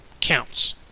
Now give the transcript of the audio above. counts